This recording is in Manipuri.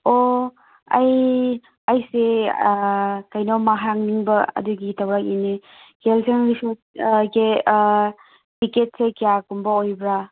ꯑꯣ ꯑꯩ ꯑꯩꯁꯦ ꯑꯥ ꯀꯩꯅꯣꯝꯃ ꯍꯪꯅꯤꯡꯕ ꯑꯗꯨꯒꯤ ꯇꯧꯔꯛꯏꯅꯤ ꯀꯦꯜꯁꯪ ꯔꯤꯁꯣꯠ ꯑꯦ ꯇꯦꯀꯦꯠꯁꯦ ꯀꯌꯥꯒꯨꯝꯕ ꯑꯣꯏꯕ꯭ꯔꯥ